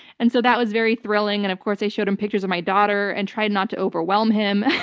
and so, that was very thrilling. and of course, i showed him pictures of my daughter and tried not to overwhelm him.